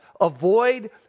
avoid